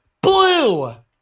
Blue